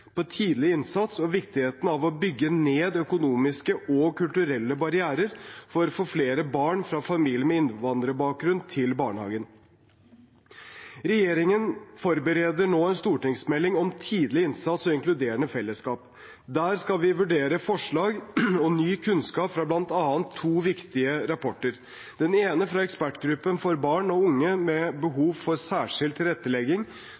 på tidlig innsats og viktigheten av å bygge ned økonomiske og kulturelle barrierer for å få flere barn fra familier med innvandrerbakgrunn til barnehagen. Regjeringen forbereder nå en stortingsmelding om tidlig innsats og inkluderende fellesskap. Der skal vi vurdere forslag og ny kunnskap fra bl.a. to viktige rapporter. Den ene kommer fra ekspertgruppen for barn og unge med behov for særskilt tilrettelegging,